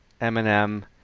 Eminem